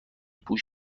پوش